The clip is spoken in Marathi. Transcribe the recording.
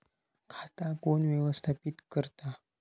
खाता कोण व्यवस्थापित करता?